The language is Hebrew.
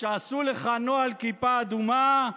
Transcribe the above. כשעשו לך נוהל כיפה אדומה,